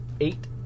Eight